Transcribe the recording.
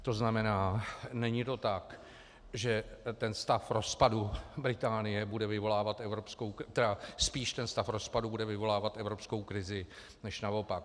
To znamená, není to tak, že ten stav rozpadu Británie bude vyvolávat evropskou, tedy spíš stav rozpadu bude vyvolávat evropskou krizi než naopak.